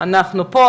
אנחנו פה,